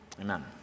Amen